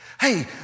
Hey